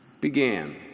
began